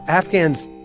afghans,